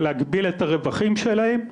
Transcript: להגביל את הרווחים שלהם,